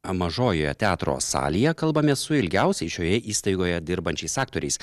mažojoje teatro salėje kalbamės su ilgiausiai šioje įstaigoje dirbančiais aktoriais